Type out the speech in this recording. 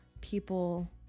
people